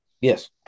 Yes